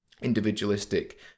individualistic